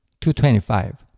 2.25